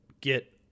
get